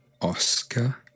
Oscar